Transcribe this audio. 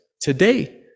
Today